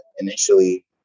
initially